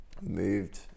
moved